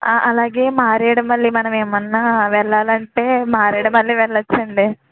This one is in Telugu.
అలాగే మారేడుమిల్లి మనం ఏమన్నా వెళ్ళాలంటే మారేడుమిల్లి వెళ్ళొచ్చండి